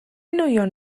nwyon